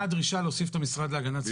היה דרישה להוסיף את המשרד להגנת הסביבה.